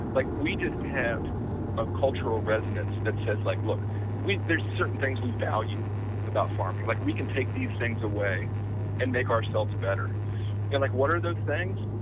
like we just have a cultural resonance that says like, look we there are certain things we value about farming, like we can take these things away and make ourselves better. and yeah like what are those things?